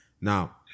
Now